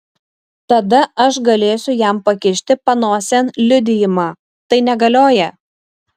tada aš galėsiu jam pakišti panosėn liudijimą tai negalioja